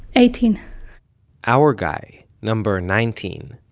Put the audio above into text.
eighteen our guy, number nineteen,